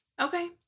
okay